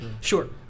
Sure